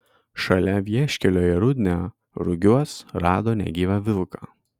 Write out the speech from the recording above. šalia vieškelio į rudnią rugiuos rado negyvą vilką